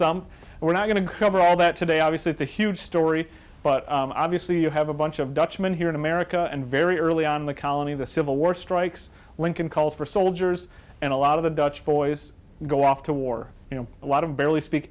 some we're not going to cover all that today obviously it's a huge story but obviously you have a bunch of dutchman here in america and very early on the colony the civil war strikes lincoln calls for soldiers and a lot of the dutch boys go off to war you know a lot of barely speak